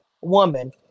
woman